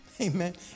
Amen